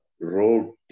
wrote